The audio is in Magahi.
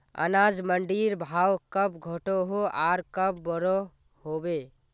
अनाज मंडीर भाव कब घटोहो आर कब बढ़ो होबे?